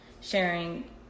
sharing